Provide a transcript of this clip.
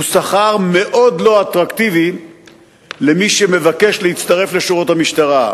הוא שכר מאוד לא אטרקטיבי למי שמבקש להצטרף לשורות המשטרה.